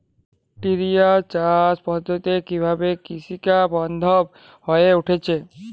টোরিয়া চাষ পদ্ধতি কিভাবে কৃষকবান্ধব হয়ে উঠেছে?